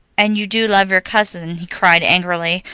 and you do love your cousin, he cried angrily,